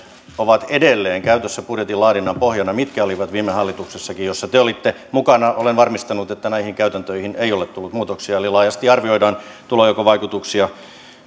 ovat edelleen käytössä budjetin laadinnan pohjana mitkä olivat viime hallituksessakin jossa te te olitte mukana olen varmistanut että näihin käytäntöihin ei ole tullut muutoksia eli laajasti arvioidaan tulonjakovaikutuksia